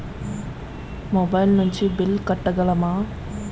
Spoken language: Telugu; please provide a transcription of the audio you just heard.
మొబైల్ నుంచి బిల్ కట్టగలమ?